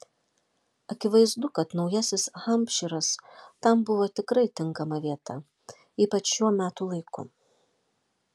akivaizdu kad naujasis hampšyras tam buvo tikrai tinkama vieta ypač šiuo metų laiku